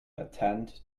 attend